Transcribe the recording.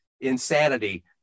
insanity